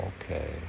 Okay